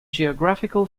geographical